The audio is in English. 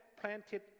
planted